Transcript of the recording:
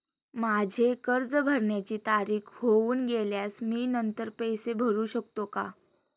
माझे कर्ज भरण्याची तारीख होऊन गेल्यास मी नंतर पैसे भरू शकतो का?